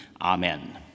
Amen